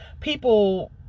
people